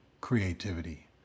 creativity